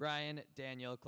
bryan daniel